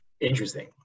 Interesting